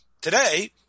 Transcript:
Today